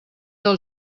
del